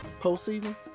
postseason